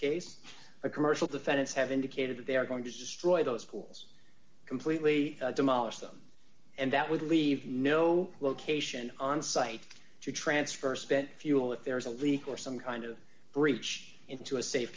case a commercial defendants have indicated that they are going to destroy those pools completely demolish them and that would leave no location on site to transfer spent fuel if there's a leak or some kind of breach into a safe